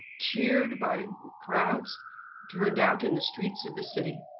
cheered by crowds turned out in the streets of the city.